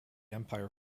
empire